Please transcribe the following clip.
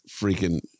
freaking